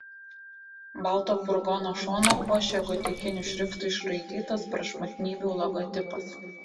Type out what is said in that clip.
balto furgono šoną puošė gotikiniu šriftu išraitytas prašmatnybių logotipas